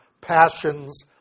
passions